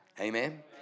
amen